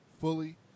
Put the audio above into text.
fully